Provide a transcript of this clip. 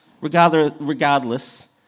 regardless